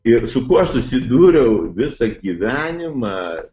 ir su kuo aš susidūriau visą gyvenimą